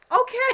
Okay